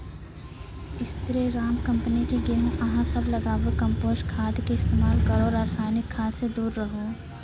स्री Ram company के गेहूँ अहाँ सब लगाबु कम्पोस्ट खाद के इस्तेमाल करहो रासायनिक खाद से दूर रहूँ?